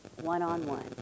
one-on-one